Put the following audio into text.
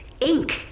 Inc